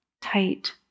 tight